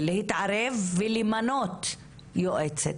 להתערב ולמנות יועצת.